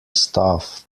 staff